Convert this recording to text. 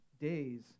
days